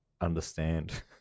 understand